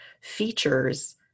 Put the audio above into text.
features